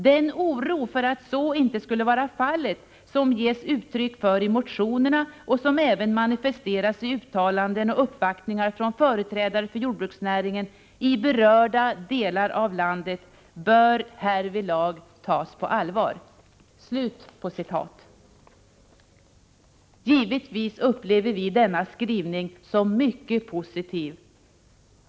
Den oro för att så inte skulle vara fallet som ges uttryck för i motionerna och som även manifesteras i uttalanden och uppvaktningar från företrädare för jordbruksnäringen i berörda delar av landet bör härvidlag tas på allvar.” Givetvis upplever vi denna skrivning som mycket positiv.